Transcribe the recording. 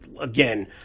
again